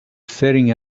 setting